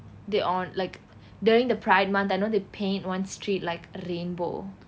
they aren't like during the pride month I know they paint one street like rainbow